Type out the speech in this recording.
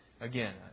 Again